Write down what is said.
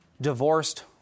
divorced